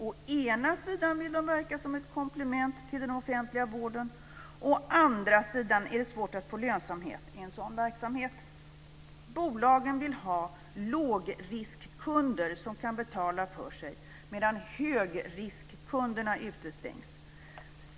Å ena sidan vill de verka som ett komplement till den offentliga vården, å andra sidan är det svårt att få lönsamhet i en sådan verksamhet. Bolagen vill ha lågriskkunder som kan betala för sig medan högriskkunderna utestängs.